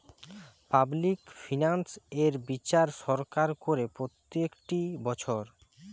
public finance এর বিচার সরকার করে প্রত্যেকটি বছর